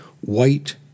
white